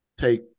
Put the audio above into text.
take